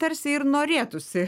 tarsi ir norėtųsi